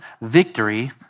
victory